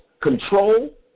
control